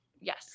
Yes